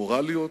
מורליות,